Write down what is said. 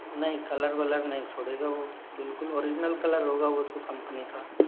नहीं कलर वलर नहीं छोड़ेगा वो बिल्कुल ओरिजिनल कलर होगा वो तो कंपनी का